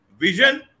vision